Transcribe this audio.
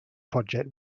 project